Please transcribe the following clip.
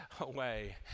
away